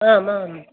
आम् आम्